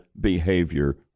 behavior